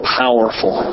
powerful